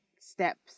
steps